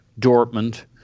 Dortmund